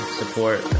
support